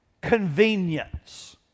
convenience